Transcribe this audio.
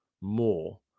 more